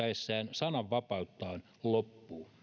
sananvapauttaan loppuu